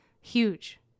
Huge